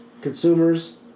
consumers